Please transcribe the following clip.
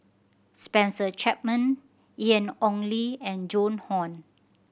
Spencer Chapman Ian Ong Li and Joan Hon